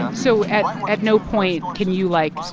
so at no point can you, like,